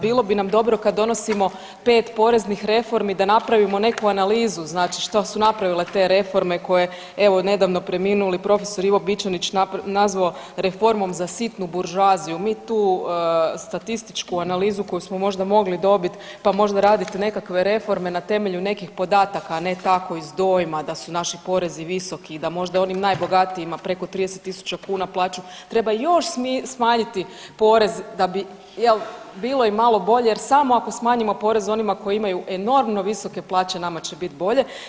Bilo bi nam dobro kad donosimo 5 poreznih reformi da napravimo neku analizu, znači što su napravile te reforme koje evo nedavno preminuli prof. Ivo Bićanić nazvao „Reformom za sitnu buržoaziju“, mi tu statističku analizu koju smo možda mogli dobit pa možda radit nekakve reforme na temelju nekih podataka, a ne tako iz dojma da su naši porezi visoki i da možda onim najbogatijima preko 30.000 kn plaću treba još smanjiti porez da bi jel bilo im malo bolje jer samo ako smanjimo porez onima koji imaju enormno visoke plaće nama će bit bolje.